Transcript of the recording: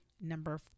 Number